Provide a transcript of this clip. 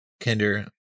Kinder